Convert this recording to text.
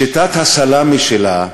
בשיטת הסלאמי שלה,